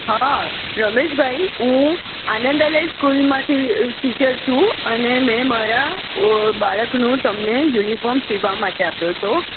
હા રમેશભાઈ હું આનંદાલય સ્કૂલમાંથી ટીચર છું અને મે મારા બાળકનું તમને યુનિફોર્મ સિવવા માટે આપ્યો તો